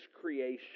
creation